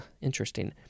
Interesting